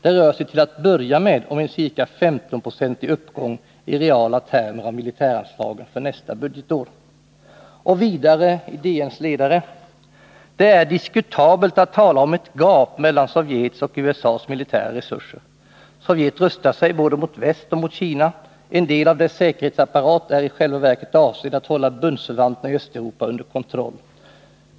Det rör sig till att börja med om en cirka femtonprocentig uppgång i reala termer av militäranslagen för nästa budgetår.” Vidare säger man i DN:s ledare: ”Det är diskutabelt att tala om ett ”gap” mellan Sovjets och USA:s militära resurser. Sovjet rustar sig både mot väst och mot Kina, en del av dess säkerhetsapparat är i själva verket avsedd att hålla bundsförvanterna i Östeuropa under kontroll.